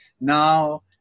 now